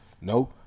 no